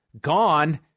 gone